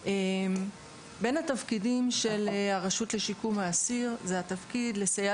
בין התפקידים של הרשות לשיקום האסיר יש התפקיד לסייע